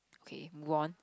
okay move on